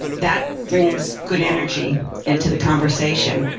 that brings good energy into the conversation.